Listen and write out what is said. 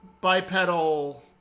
bipedal